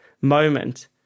moment